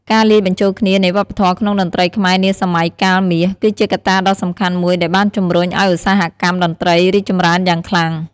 ការលាយបញ្ចូលគ្នានៃវប្បធម៌ក្នុងតន្ត្រីខ្មែរនាសម័យកាលមាស គឺជាកត្តាដ៏សំខាន់មួយដែលបានជំរុញឱ្យឧស្សាហកម្មតន្ត្រីរីកចម្រើនយ៉ាងខ្លាំង។